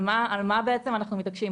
על מה אנחנו מתעקשים?